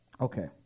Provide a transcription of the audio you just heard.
Okay